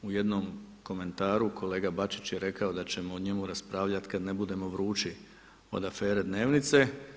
U jednom komentaru kolega Bačić je rekao da ćemo o njemu raspravljati kada ne budemo vrući od afere Dnevnice.